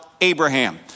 Abraham